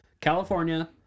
California